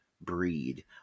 Breed